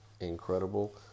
incredible